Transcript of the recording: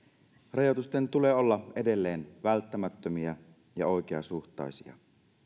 rajoitusten tulee olla edelleen välttämättömiä ja oikeasuhtaisia